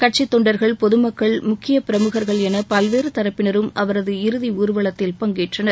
கட்சித் தொண்டர்கள் பொதுமக்கள் முக்கியப் பிரமுகர்கள் என பல்வேறு தரப்பினரும் அவரது இறுதி ஊர்வலத்தில் பங்கேற்றனர்